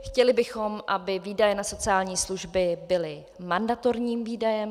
Chtěli bychom, aby výdaje na sociální služby byly mandatorním výdajem.